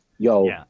Yo